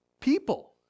people